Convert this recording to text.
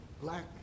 black